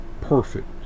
perfect